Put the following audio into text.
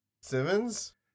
Simmons